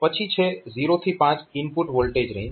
પછી છે 0 થી 5 ઇનપુટ વોલ્ટેજ રેન્જ